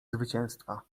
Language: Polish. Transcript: zwycięstwa